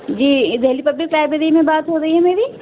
جی یہ Delhi public library میں بات ہو رہی ہے میری